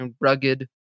Rugged